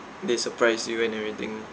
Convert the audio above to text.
they surprise you and everything